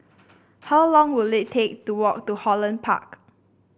how long will it take to walk to Holland Park